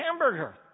hamburger